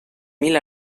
mil